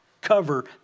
cover